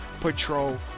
Patrol